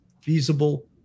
feasible